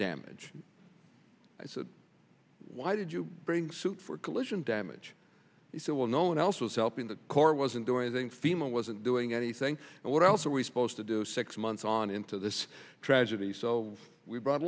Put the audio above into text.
damage i said why did you bring suit for collision damage he said well no one else was helping the corps wasn't doing anything fema wasn't doing anything and what else are we supposed to do six months on into this tragedy so we brought a